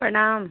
प्रणाम